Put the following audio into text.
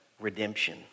redemption